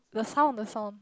the sound the sound